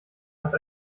hat